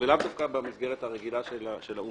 ולאו דווקא במסגרת הרגילה של האו"ם.